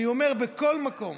אני אומר שבכל מקום